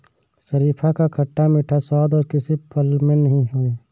शरीफा का खट्टा मीठा स्वाद और किसी फल में नही है